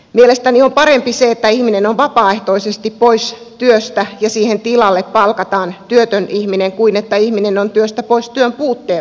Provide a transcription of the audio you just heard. mielestäni on parempi että ihminen on vapaaehtoisesti pois työstä ja siihen tilalle palkataan työtön ihminen kuin että ihminen on työstä pois työn puutteen vuoksi